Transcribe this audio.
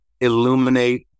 illuminate